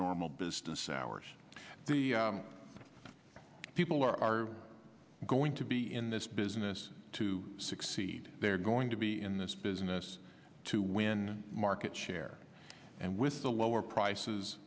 normal business hours people are going to be in this business to succeed they're going to be in this business to win market share and with the lower prices